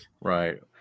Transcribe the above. right